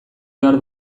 behar